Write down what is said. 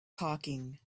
talking